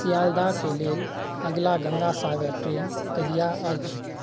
सियाल्दहके लेल अगिला गंगा सागर ट्रेन कहिया अछि